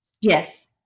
Yes